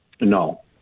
No